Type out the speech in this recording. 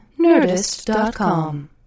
Nerdist.com